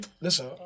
Listen